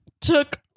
took